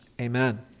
Amen